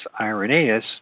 Irenaeus